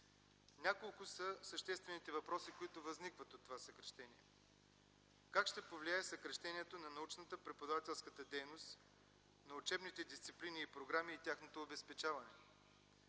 Няколко са съществените въпроси, които възникват от това съкращение. Как ще повлияе съкращението на научната и преподавателската дейност, на учебните дисциплини и програми и тяхното обезпечаване?